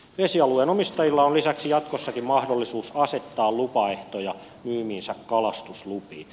vesialueen omistajilla on lisäksi jatkossakin mahdollisuus asettaa lupaehtoja myymiinsä kalastuslupiin